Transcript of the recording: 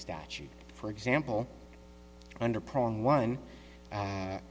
statute for example under prong one